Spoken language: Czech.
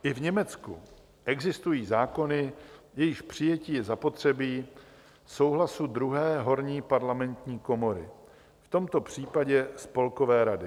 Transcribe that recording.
I v Německu existují zákony, k jejichž přijetí je zapotřebí souhlasu druhé horní parlamentní komory, v tomto případě Spolkové rady.